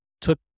took